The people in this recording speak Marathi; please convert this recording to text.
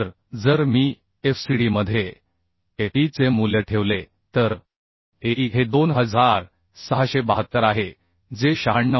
तर जर मी FCD मध्ये a e चे मूल्य ठेवले तर a e हे 2672 आहे जे 96